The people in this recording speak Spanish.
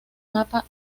mapa